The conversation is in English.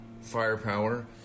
firepower